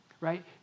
right